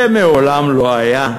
זה מעולם לא היה.